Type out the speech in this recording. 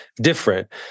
different